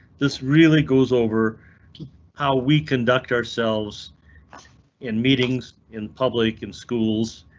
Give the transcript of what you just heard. this really goes over how we conduct ourselves in meetings in public and schools.